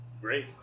Great